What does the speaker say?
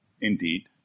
indeed